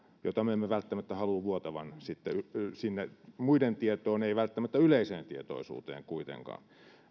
jota me emme välttämättä halua vuotavan sitten sinne muiden tietoon ei välttämättä yleiseen tietoisuuteen kuitenkaan